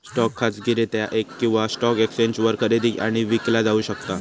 stock खाजगीरित्या किंवा stock एक्सचेंजवर खरेदी आणि विकला जाऊ शकता